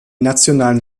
nationalen